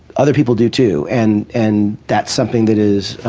other people do, too, and and that's something that is